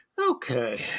okay